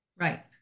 Right